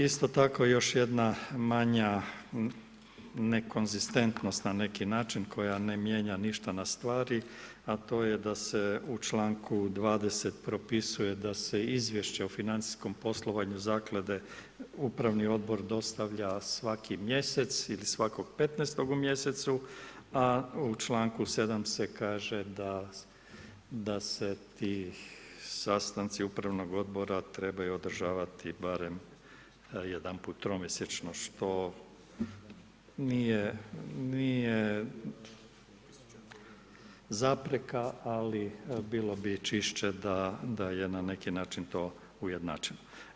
Isto tako, još jedna manja nekonzistentnost na neki način koja ne mijenja ništa na stvari, a to je da se u čl. 20. propisuje da se izvješća o financijskom poslovanju Zaklade upravni odbor dostavlja svaki mjesec, ili svakog 15. u mjesecu, a u čl. 7. se kaže da se ti sastanci upravnog odbora trebaju održavati barem jedanput tromjesečno, što nije zapreka, ali bilo bi čišće da je na neki način to ujednačeno.